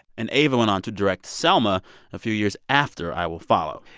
and ava went on to direct selma a few years after i will follow.